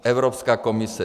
Evropská komise.